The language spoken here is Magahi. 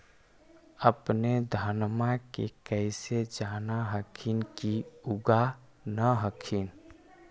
अपने धनमा के कैसे जान हखिन की उगा न हखिन?